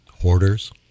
hoarders